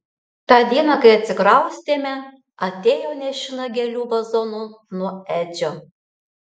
tą dieną kai atsikraustėme atėjo nešina gėlių vazonu nuo edžio